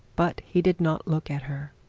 but he did not look at her.